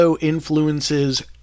Influences